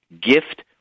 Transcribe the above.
gift